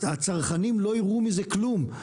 הצרכנים לא יראו מזה כלום.